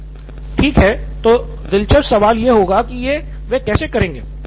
professor ठीक है तो दिलचस्प सवाल यह होगा कि यह वे कैसे करेंगे